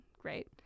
Great